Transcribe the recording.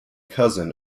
cousin